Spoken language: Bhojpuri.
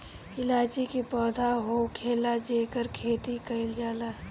इलायची के पौधा होखेला जेकर खेती कईल जाला